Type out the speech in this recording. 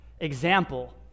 example